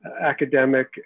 academic